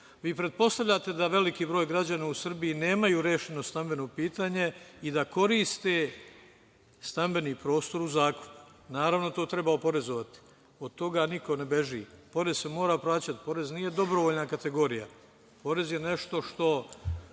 Vi pretpostavljate da veliki broj građana u Srbiji nemaju rešeno stambeno pitanje i da koriste stambeni prostor u zakup. Naravno, to treba oporezovati. Od toga niko ne beži. Porez se mora plaćati. Porez nije dobrovoljna kategorija. Porez je nešto što